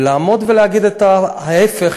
ולעמוד ולהגיד את ההפך,